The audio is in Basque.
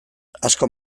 asko